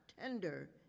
tender